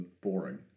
boring